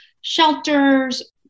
shelters